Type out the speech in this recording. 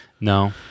no